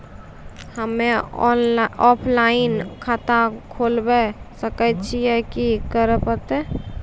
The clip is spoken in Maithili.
हम्मे ऑफलाइन खाता खोलबावे सकय छियै, की करे परतै?